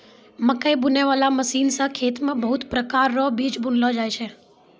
मकैइ बुनै बाला मशीन से खेत मे बहुत प्रकार रो बीज बुनलो जाय छै